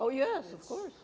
oh yes of course